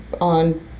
on